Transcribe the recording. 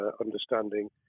understanding